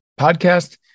podcast